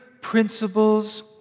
principles